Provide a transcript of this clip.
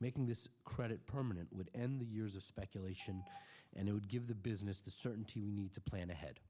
making this credit permanent would end the years of speculation and it would give the business the certainty we need to plan ahead